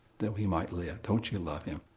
that we might live. don't you love him?